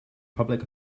public